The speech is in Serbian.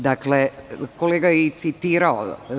Dakle, kolega je citirao.